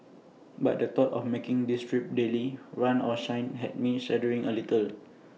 but the thought of making this trip daily run or shine had me shuddering A little